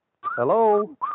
Hello